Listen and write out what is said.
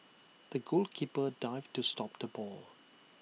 the goalkeeper dived to stop the ball